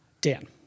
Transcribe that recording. Dan